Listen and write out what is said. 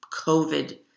COVID